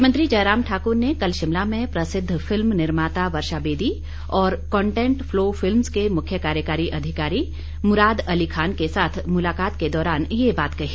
मुख्यमंत्री जयराम ठाकुर ने कल शिमला में प्रसिद्ध फिल्म निर्माता वर्षा बेदी और कॉटेंट फ्लो फिल्मस के मुख्य कार्यकारी अधिकारी मूराद अली खान के साथ मुलाकात के दौरान ये बात कही